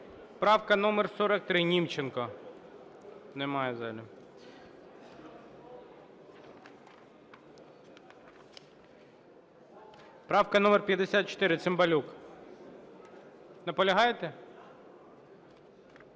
Правка номер 43, Німченко. Немає в залі. Правка номер 54, Цимбалюк. Наполягаєте?